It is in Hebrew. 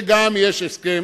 וגם יש הסכם